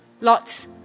lots